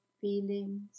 feelings